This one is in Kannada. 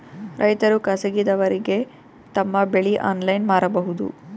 ರೈತರು ಖಾಸಗಿದವರಗೆ ತಮ್ಮ ಬೆಳಿ ಆನ್ಲೈನ್ ಮಾರಬಹುದು?